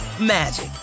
magic